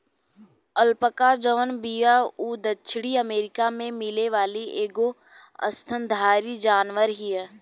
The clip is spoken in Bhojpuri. अल्पका जवन बिया उ दक्षिणी अमेरिका में मिले वाली एगो स्तनधारी जानवर हिय